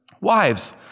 Wives